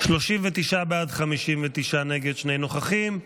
39 בעד, 59 נגד, שני נוכחים.